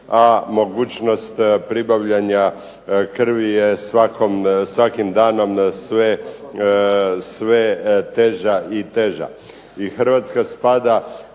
a mogućnost pribavljana krvi je svakim danom sve teža i teža.